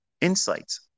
insights